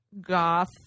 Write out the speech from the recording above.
goth